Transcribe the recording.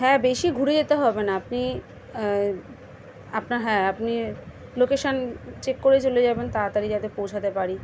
হ্যাঁ বেশি ঘুরে যেতে হবে না আপনি আপনার হ্যাঁ আপনি লোকেশন চেক করে চলে যাবেন তাড়াতাড়ি যাতে পৌঁছাতে পারি